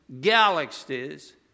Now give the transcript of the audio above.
galaxies